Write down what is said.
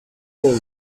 role